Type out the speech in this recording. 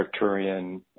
Arcturian